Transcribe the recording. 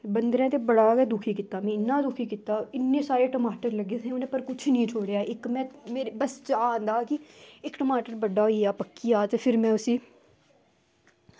बंदरें ते बड़ा दुखी कीता मिगी ते में इंया गै दुखी कीता इन्ने सारे टमाटर लग्गे दे हे कुछ निं छोडेआ इक्क मिगी बस चाऽ आंदा की इक्क टमाटर बड्डा होई जा ते फिर में उसी